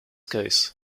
case